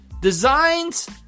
designs